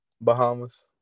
Bahamas